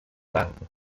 danken